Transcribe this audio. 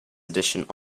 edition